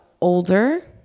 older